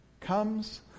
comes